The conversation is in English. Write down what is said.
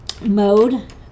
mode